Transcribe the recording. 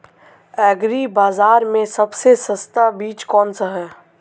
Agree बाज़ार में सबसे सस्ता बीज कौनसा है?